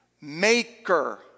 Maker